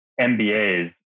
MBAs